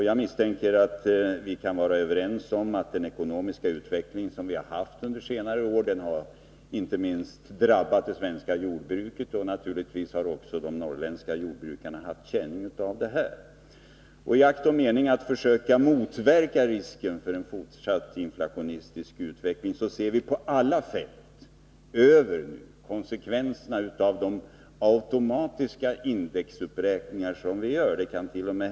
Jag misstänker att vi kan vara överens om att den ekonomiska utveckling som vi har haft under senare år inte minst har drabbat det svenska jordbruket. Naturligtvis har också de norrländska jordbrukarna haft känning av denna. IT akt och mening att försöka motverka risken för en fortsatt inflationistisk utveckling ser vi, på alla fält, över konsekvenserna av de automatiska indexuppräkningarna. Det kant.o.m.